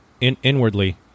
inwardly